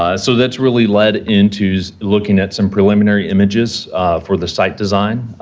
um so, that's really led into looking at some preliminary images for the site design.